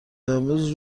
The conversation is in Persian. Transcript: امروز